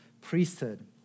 priesthood